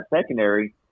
secondary